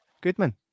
Goodman